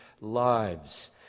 lives